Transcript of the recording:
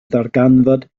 ddarganfod